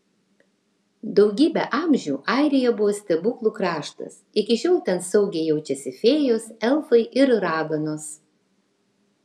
daugybę amžių airija buvo stebuklų kraštas iki šiol ten saugiai jaučiasi fėjos elfai ir raganos